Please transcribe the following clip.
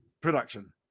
production